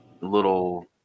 little